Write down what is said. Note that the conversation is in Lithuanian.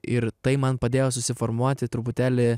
ir tai man padėjo susiformuoti truputėlį